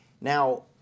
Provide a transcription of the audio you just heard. Now